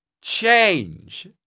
change